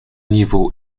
niveaux